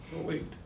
wait